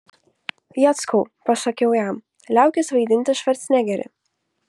jackau pasakiau jam liaukis vaidinti švarcnegerį